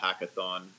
hackathon